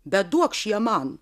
bet duokš ją man